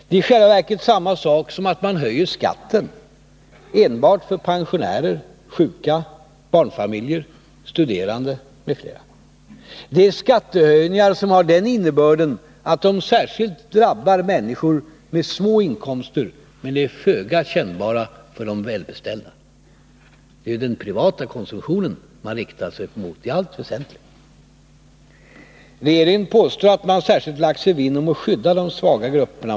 Det är i själva verket samma sak som att man höjer skatten enbart för pensionärer, sjuka, barnfamiljer, studerande m.fl. Det är skattehöjningar som har den innebörden att de särskilt drabbar människor med små inkomster men är föga kännbara för de välbeställda. Det är den privata konsumtionen man riktar sig mot i allt väsentligt. Regeringen påstår att man särskilt lagt sig vinn om att skydda de svaga grupperna.